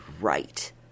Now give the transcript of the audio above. right